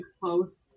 close